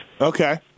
Okay